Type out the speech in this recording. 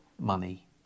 money